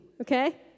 Okay